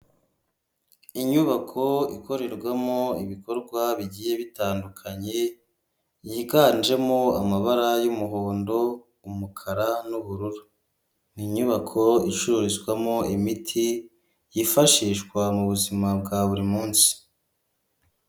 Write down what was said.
Inyubako ikorerwamo ibikorwa bigiye bitandukanye, yiganjemo amabara y'umuhondo umukara n'ubururu, ni inyubako icururizwamo imiti yifashishwa mu buzima bwa buri munsi.